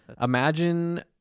imagine